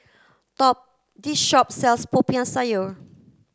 this shop sells Popiah Sayur